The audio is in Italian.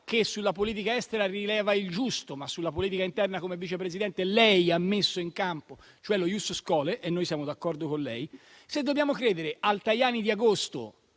che sulla politica estera rileva il giusto, ma sulla politica interna, come Vice Presidente, lei ha messo in campo, cioè lo *ius scholae* - e noi siamo d'accordo con lei - le chiedo se dobbiamo credere al Tajani di agosto,